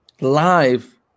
live